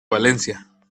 valencia